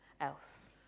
else